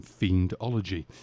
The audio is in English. Fiendology